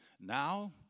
Now